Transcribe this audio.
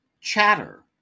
Chatter